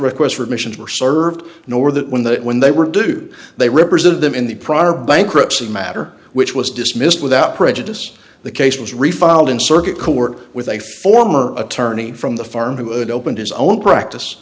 requests for admissions were served nor that when the when they were do they represented them in the proper bankruptcy matter which was dismissed without prejudice the case was refiled in circuit court with a former attorney from the farm who had opened his own practice